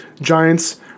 Giants